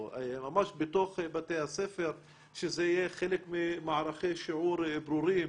ממש בתוך בתי הספר שזה יהיה חלק ממערכי שיעור ברורים,